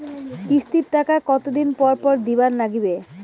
কিস্তির টাকা কতোদিন পর পর দিবার নাগিবে?